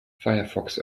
firefox